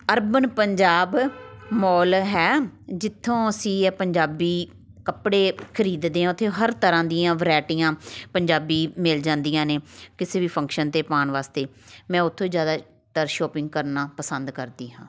urban Punjab mall ਹੈ ਜਿੱਥੋਂ ਅਸੀਂ ਪੰਜਾਬੀ ਕੱਪੜੇ ਖਰੀਦਦੇ ਹਾਂ ਉੱਥੇ ਹਰ ਤਰ੍ਹਾਂ ਦੀਆਂ ਵਰਾਇਟੀਆਂ ਪੰਜਾਬੀ ਮਿਲ ਜਾਂਦੀਆਂ ਨੇ ਕਿਸੇ ਵੀ ਫੰਕਸ਼ਨ 'ਤੇ ਪਾਉਣ ਵਾਸਤੇ ਮੈਂ ਉੱਥੋਂ ਜ਼ਿਆਦਾਤਰ ਸ਼ੋਪਿੰਗ ਕਰਨਾ ਪਸੰਦ ਕਰਦੀ ਹਾਂ